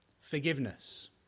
forgiveness